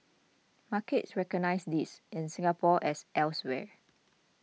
markets recognise this in Singapore as elsewhere